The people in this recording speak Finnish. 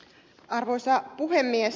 arvoisa puhemies